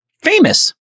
famous